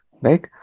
Right